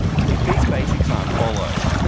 if these basics aren't followed,